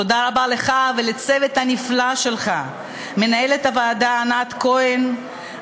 תודה רבה לך ולצוות הנפלא שלך: מנהלת הוועדה ענת כהן,